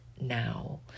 now